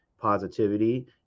positivity